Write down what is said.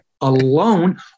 alone